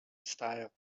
style